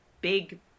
big